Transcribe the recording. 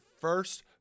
first